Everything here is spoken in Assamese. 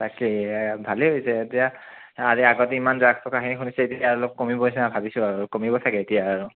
তাকেই ভালেই হৈছে এতিয়া আগতে ইমান ড্ৰাগছৰ কাহিনী শুনিছোঁ এতিয়া অলপ কমিব ভাবিছোঁ আৰু কমিব চাগৈ এতিয়া আৰু